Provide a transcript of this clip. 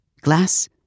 Glass